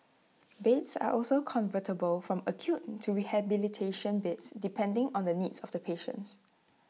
beds are also convertible from acute to rehabilitation beds depending on the needs of the patients